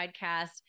podcast